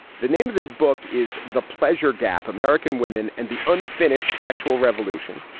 the name of the book is the pleasure gap american women and the unfinished sexual revolution.